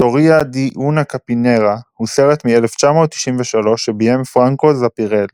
"Storia di una capinera" הוא סרט מ-1993 שביים פרנקו זפירלי.